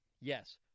Yes